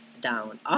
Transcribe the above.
down